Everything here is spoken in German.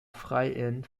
freiin